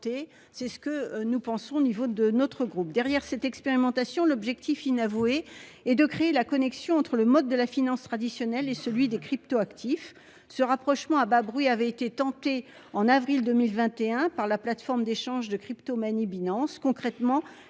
C'est ce que nous pensons au niveau de notre groupe derrière cette expérimentation l'objectif inavoué est de créer la connexion entre le mode de la finance traditionnelle et celui des cryptoactifs ce rapprochement à bas bruit avait été tenté en avril 2021 par la plateforme d'échanges de cryptomonnaies Binance